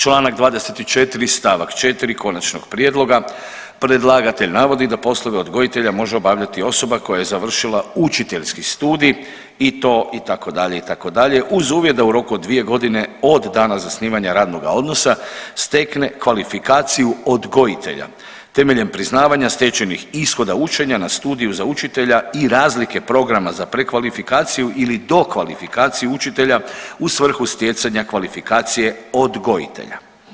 Članak 24. stavak 4. konačnog prijedloga predlagatelj navodi da poslove odgojitelja može obavljati osoba koja je završila učiteljski studij i to itd. itd. uz uvjet da u roku od dvije godine od dana zasnivanja radnoga odnosa stekne kvalifikaciju odgojitelja temeljem priznavanja stečenih ishoda učenja na studiju za učitelja i razlike programa za prekvalifikaciju ili dokvalifikaciju učitelja u svrhu stjecanja kvalifikacije odgojitelja.